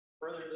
Further